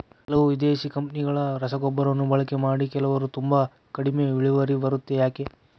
ಕೆಲವು ವಿದೇಶಿ ಕಂಪನಿಗಳ ರಸಗೊಬ್ಬರಗಳನ್ನು ಬಳಕೆ ಮಾಡಿ ಕೆಲವರು ತುಂಬಾ ಕಡಿಮೆ ಇಳುವರಿ ಬರುತ್ತೆ ಯಾಕೆ?